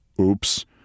oops